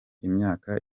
imyaka